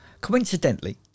Coincidentally